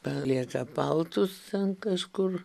palieka paltus kažkur